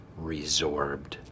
resorbed